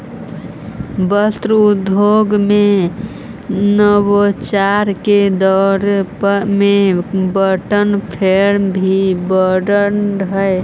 वस्त्र उद्योग में नवाचार के दौर में वाटर फ्रेम भी बनऽ हई